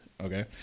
Okay